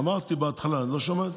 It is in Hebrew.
אמרתי בהתחלה, לא שמעת?